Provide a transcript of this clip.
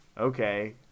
Okay